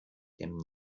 dem